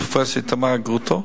פרופסור איתמר גרוטו,